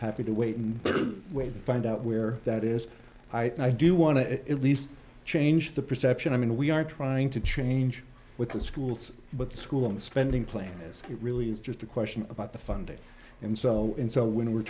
have to wait and wait to find out where that is either i do want to at least change the perception i mean we are trying to change with the schools but the school i'm a spending plan is it really is just a question about the funding and so on so when we